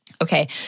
Okay